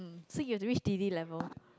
so you have reach D_D level